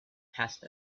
passed